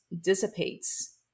dissipates